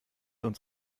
uns